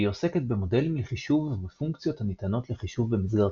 והיא עוסקת במודלים לחישוב ובפונקציות הניתנות לחישוב במסגרתם.